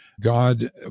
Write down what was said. God